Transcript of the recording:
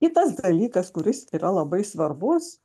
kitas dalykas kuris yra labai svarbus